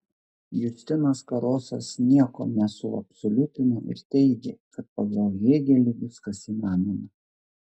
justinas karosas nieko nesuabsoliutino ir teigė kad pagal hėgelį viskas įmanoma